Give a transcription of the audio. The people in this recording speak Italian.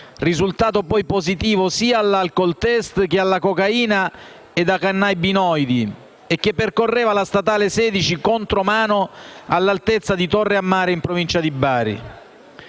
risultato poi positivo sia all’alcol test che alla cocaina ed ai cannabinoidi e che percorreva contromano la statale n. 16 all’altezza di Torre a Mare, in provincia di Bari.